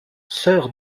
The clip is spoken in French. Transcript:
sœur